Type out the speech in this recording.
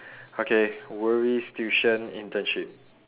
okay worries tuition internship